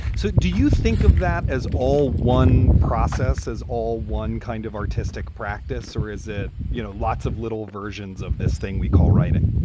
so do you think of that as all one process, as all one kind of artistic practice, or is it, you know, lots of little versions of this thing we call writing?